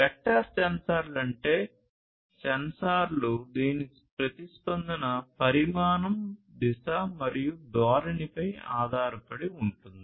vector సెన్సార్లు అంటే సెన్సార్లు దీని ప్రతిస్పందన పరిమాణం దిశ మరియు ధోరణిపై ఆధారపడి ఉంటుంది